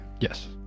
yes